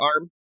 arm